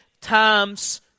times